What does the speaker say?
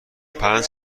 پنج